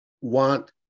want